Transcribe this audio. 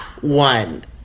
One